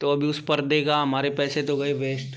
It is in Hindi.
तो अभी उस पर्दे का हमारे पैसे तो गए वेस्ट